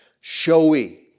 showy